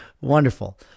wonderful